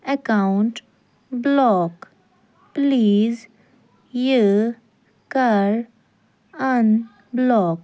account block please یہِ کر اَن block